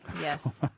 Yes